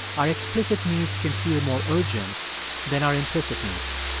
our explicit needs can feel more urgent than our implicit needs.